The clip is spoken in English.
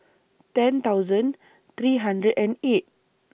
ten thousand three hundred and eight